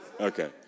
Okay